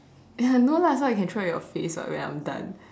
ya no lah so I can throw at your face [what] when I'm done